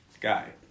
guy